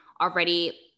already